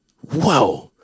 Whoa